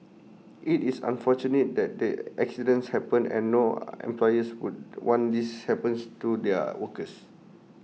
IT is unfortunate that the accidents happened and no employers would want these happens to their workers